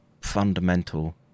fundamental